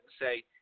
say